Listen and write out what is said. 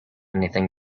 anything